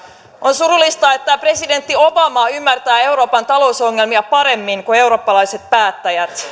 on surullista että presidentti obama ymmärtää euroopan talousongelmia paremmin kuin eurooppalaiset päättäjät